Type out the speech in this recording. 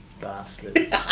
Bastard